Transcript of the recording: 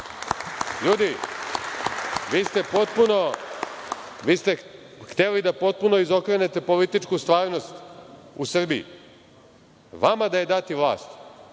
svetu. LJudi, vi ste hteli da potpuno izokrenete političku stvarnost u Srbiji. Vama dati vlast,